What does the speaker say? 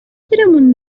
گیرمون